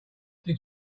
did